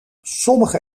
sommige